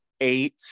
eight